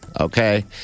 Okay